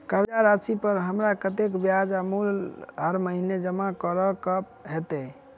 कर्जा राशि पर हमरा कत्तेक ब्याज आ मूल हर महीने जमा करऽ कऽ हेतै?